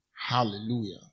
Hallelujah